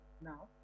now